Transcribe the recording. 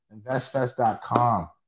investfest.com